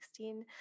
2016